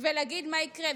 ולהגיד מה יקרה.